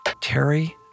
Terry